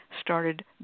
started